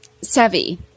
savvy